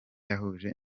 yahuje